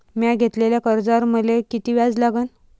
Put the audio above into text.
म्या घेतलेल्या कर्जावर मले किती व्याज लागन?